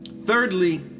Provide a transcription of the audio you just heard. Thirdly